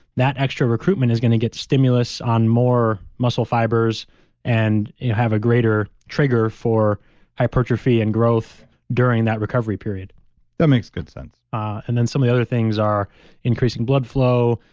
that extra recruitment is going to get stimulus on more muscle fibers and have a greater trigger for hypertrophy and growth during that recovery period that makes good sense and then some of the other things are increasing blood flow,